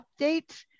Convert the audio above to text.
updates